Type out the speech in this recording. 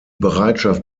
bereitschaft